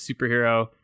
superhero